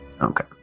Okay